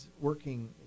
working